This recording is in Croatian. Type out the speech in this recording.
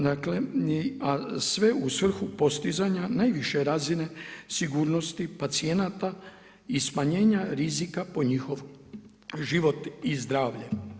Dakle a sve u svrhu postizanja najviše razine sigurnosti pacijenata i smanjenja rizika po njihov život i zdravlje.